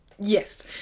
Yes